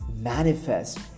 manifest